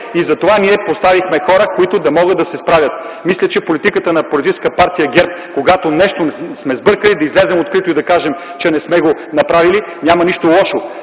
Затова ние поставихме хора, които да могат да се справят. Политиката на Политическа партия ГЕРБ, когато нещо сме сбъркали, е да излезем открито и да кажем, че не сме го направили. В това няма нищо лошо.